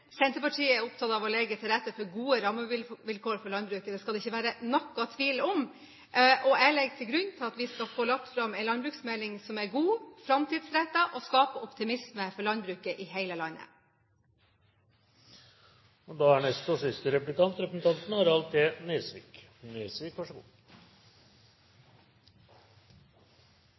Senterpartiet er opptatt av å legge til rette for gode rammevilkår for landbruket. Det skal det ikke være noen tvil om. Jeg legger til grunn at vi skal få lagt fram en landbruksmelding som er god, framtidsrettet og skaper optimisme for landbruket i hele landet. Jeg er glad for at representanten